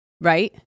right